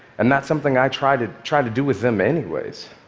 and that's something i try to try to do with them anyways.